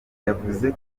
yavuze